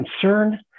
concern